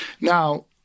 Now